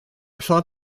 thought